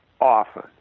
often